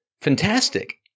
fantastic